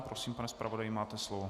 Prosím, pane zpravodaji, máte slovo.